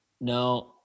no